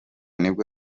nibwo